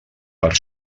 per